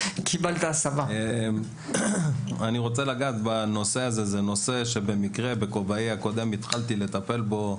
אני רוצה לגעת בנושא שבמקרה בכובעי הקודם בשנת 2017 התחלתי לטפל בו.